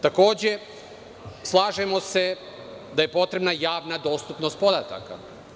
Takođe, slažemo se da je potrebna i javna dostupnost podataka.